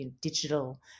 digital